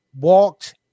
walked